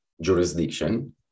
Jurisdiction